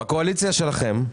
בקואליציה שלכם,